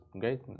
great